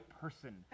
person